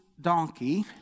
donkey